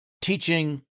Teaching